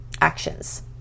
actions